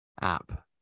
app